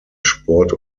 sport